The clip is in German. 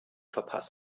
verpassen